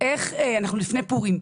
אנחנו לפני פורים,